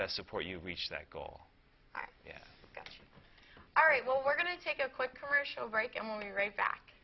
best support you reach that goal yes all right well we're going to take a quick commercial break i'm only right back